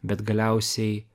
bet galiausiai